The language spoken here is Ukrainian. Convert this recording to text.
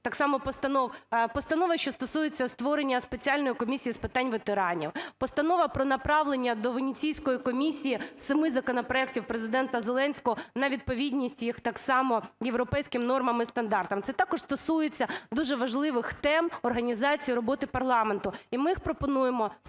постанов, постанова, що стосується створення Спеціальної комісії з питань ветеранів, Постанова про направлення до Венеційської комісії семи законопроектів Президента Зеленського на відповідність їх так само європейським нормам і стандартам. Це також стосується дуже важливих тем організації роботи парламенту і ми їх пропонуємо спокійно